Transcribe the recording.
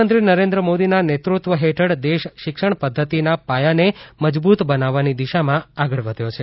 પ્રધાનમંત્રી નરેન્દ્ર મોદીના નેતૃત્વ હેઠળ દેશ શિક્ષણ પદ્ધતિના પાયાને મજબૂત બનાવવાની દિશામાં આગળ વધ્યો છે